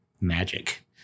magic